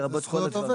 לרבות זכויות.